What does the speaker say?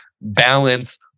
balance